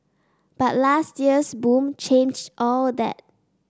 but last year's boom changed all that